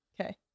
Okay